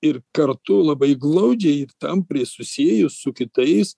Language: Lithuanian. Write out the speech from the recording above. ir kartu labai glaudžiai ir tampriai susiejus su kitais